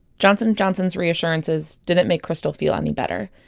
johnson and johnson's reassurances didn't make krystal feel any better.